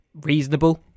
reasonable